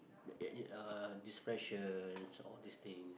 uh depression all this thing